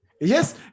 Yes